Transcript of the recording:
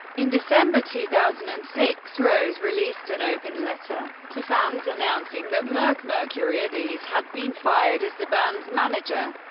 in december two thousand and six, rose released an open letter to fans announcing that merck mercuriadis had been fired as the band's manager.